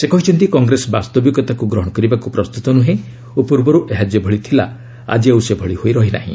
ସେ କହିଛନ୍ତି କଂଗ୍ରେସ ବାସ୍ତବିକତାକୁ ଗ୍ରହଣ କରିବାକୁ ପ୍ରସ୍ତୁତ ନୁହେଁ ଓ ପୂର୍ବରୁ ଏହା ଯେଭଳି ଥିଲା ଆଜି ଆଉ ସେଭଳି ହୋଇ ରହି ନାର୍ହି